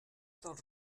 dels